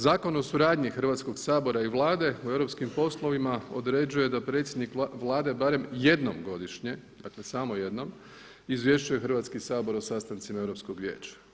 Zakon o suradnji Hrvatskog sabora i Vlade u europskim poslovima određuje da predsjednik Vlade barem jednom godišnje, dakle samo jednom izvješćuje Hrvatski sabor o sastancima Europskog vijeća.